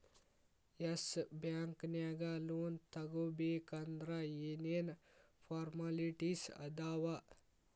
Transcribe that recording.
S Bank ನ್ಯಾಗ್ loan ತಗೊಬೇಕಂದ್ರ ಏನೇನ್ ಫಾರ್ಮ್ಯಾಲಿಟಿಸ್ ಅದಾವ?